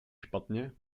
špatně